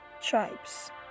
tribes